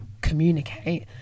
communicate